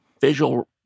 visual